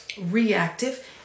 reactive